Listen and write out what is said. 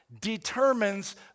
determines